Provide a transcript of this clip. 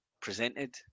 presented